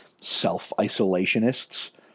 self-isolationists